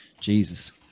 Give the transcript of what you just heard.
Jesus